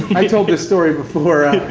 i told this story before.